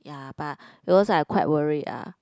ya but because I quite worried ah